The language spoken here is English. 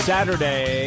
Saturday